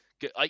Good